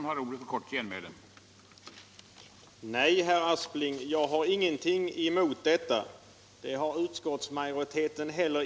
Herr talman! Nej, herr Aspling, det har jag ingenting emot, och det har inte utskottsmajoriteten heller.